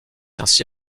ainsi